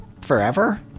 forever